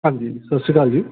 ਹਾਂਜੀ ਸਤਿ ਸ਼੍ਰੀ ਅਕਾਲ ਜੀ